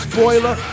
Spoiler